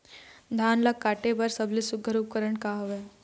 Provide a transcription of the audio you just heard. धान ला काटे बर सबले सुघ्घर उपकरण का हवए?